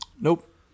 Nope